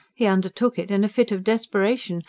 he undertook it in a fit of desperation,